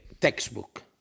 textbook